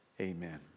Amen